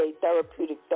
Therapeutic